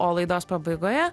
o laidos pabaigoje